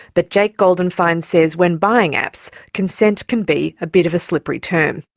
but jake goldenfein says when buying apps, consent can be a bit of a slippery term.